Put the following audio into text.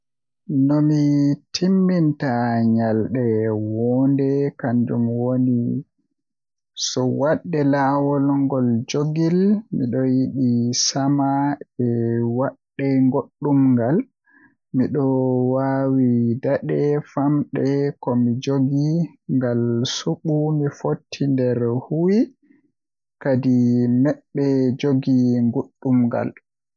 Nomi timminta nyalanɗe woonde kannjum woni Ko woni so waɗde laawol ngol njogii, miɗo yiɗi saama e waɗde goɗɗum ngal. Miɗo waawi ɗaɗi e faamde ko mi njogii ngal sabu mi foti nder huuwi, kadi miɓɓe njogii goɗɗum ngal.